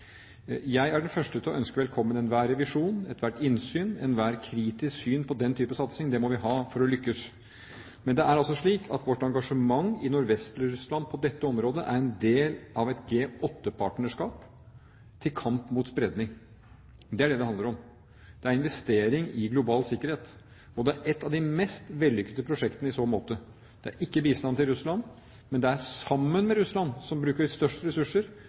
Jeg er den første til å ønske velkommen enhver revisjon, ethvert innsyn og ethvert kritisk syn på den type satsing, for det må vi ha for å lykkes. Men det er altså slik at vårt engasjement i Nordvest-Russland på dette området er en del av et G8-partnerskap til kamp mot spredning. Det er det det handler om. Det er investering i global sikkerhet, og det er et av de mest vellykkede prosjektene i så måte. Det er ikke bistand til Russland, men det er sammen med Russland, som bruker størst ressurser,